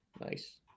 Nice